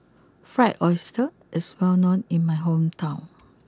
Fried Oyster is well known in my hometown